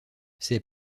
ces